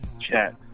chat